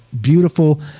beautiful